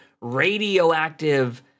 radioactive